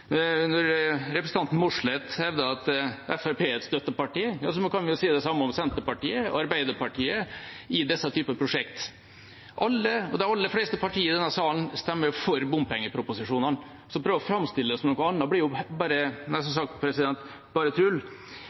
representanten Mossleth hevder at Fremskrittspartiet er et støtteparti, så kan man si det samme om Senterpartiet og Arbeiderpartiet i slike prosjekt. De aller fleste partier i denne sal stemmer jo for bompengeproposisjonene, så å prøve å framstille det som noe annet, blir nær sagt bare